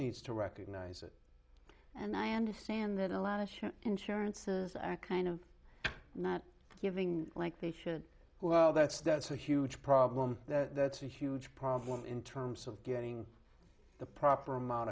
needs to recognize it and i understand that a lot of insurances are kind of not giving like they should well that's that's a huge problem that's a huge problem in terms of getting the proper amount